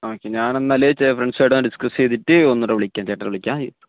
okay ഞാൻ എന്നാൽ ചില ഫ്രണ്ട്സുമായിട്ട് ഡിസ്കസ് ചെയ്തിട്ട് ഒന്നുകൂടെ വിളിക്കാം ചേട്ടനെ വിളിക്കാം